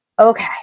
Okay